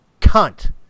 cunt